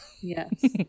yes